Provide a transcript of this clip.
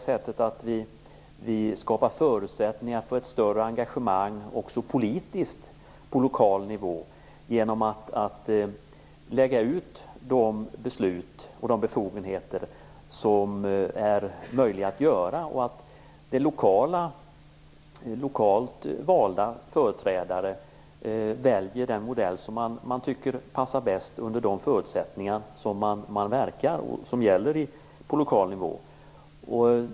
Skapar vi inte förutsättningar för ett större engagemang också politiskt på lokal nivå genom att lägga ut de beslut och befogenheter som är möjliga och att lokalt valda företrädare väljer den modell som de tycker är bäst under de förutsättningar som gäller på lokal nivå?